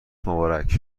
مبارک